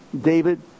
David